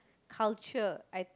culture I